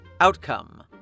Outcome